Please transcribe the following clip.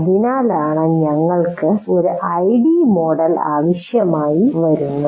അതിനാലാണ് ഞങ്ങൾക്ക് ഒരു ഐഡി മോഡൽ ആവശ്യമായി വരുന്നത്